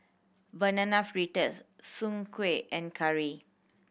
Banana Fritters Soon Kueh and curry